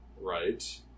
Right